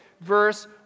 verse